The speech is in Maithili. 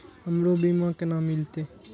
हमरो बीमा केना मिलते?